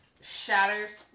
shatters